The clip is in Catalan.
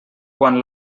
quan